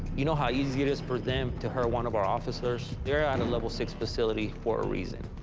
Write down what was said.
you know how easy it is for them to hurt one of our officers? they're at a level six facility for a reason